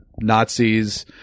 Nazis